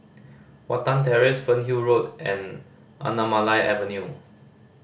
Watten Terrace Fernhill Road and Anamalai Avenue